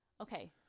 Okay